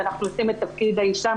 ואנחנו עושים את "תפקיד האישה",